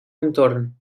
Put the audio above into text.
entorn